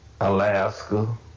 Alaska